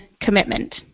commitment